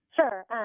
Sure